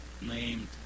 named